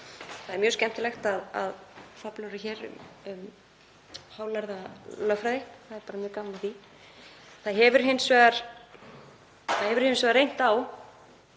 Það er mjög skemmtilegt að fabúlera um hálærða lögfræði. Það er bara mjög gaman að því. Það hefur hins vegar reynt á